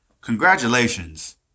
congratulations